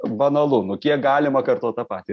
banalu nu kiek galima kartot tą patį